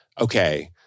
okay